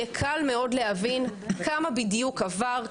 יהיה קל מאוד להבין כמה בדיוק עבר,